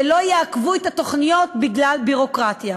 ולא יעכבו את התוכניות בגלל ביורוקרטיה.